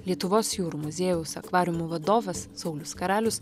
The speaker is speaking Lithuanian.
lietuvos jūrų muziejaus akvariumų vadovas saulius karalius